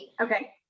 Okay